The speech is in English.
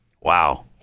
Wow